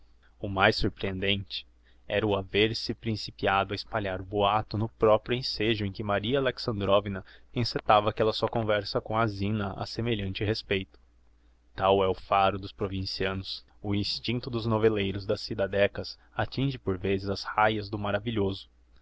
o mais surprehendente era o haver se principiado a espalhar o boato no proprio ensejo em que maria alexandrovna encetava aquella sua conversa com a zina a semelhante respeito tal é o faro dos provincianos o instincto dos novelleiros das cidadécas attinge por vezes as raias do maravilhoso